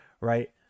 right